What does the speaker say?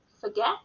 forget